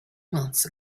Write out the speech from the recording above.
months